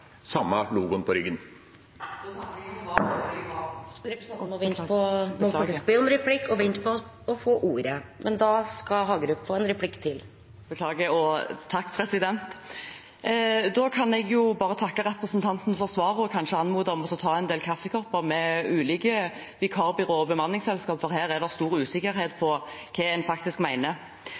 samme logoen på ryggen. Jeg kan bare takke representanten for svaret og kanskje anmode om å ta en del kaffekopper med ulike vikarbyråer og bemanningsselskaper. Der er det stor usikkerhet om hva en faktisk